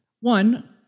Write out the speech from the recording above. one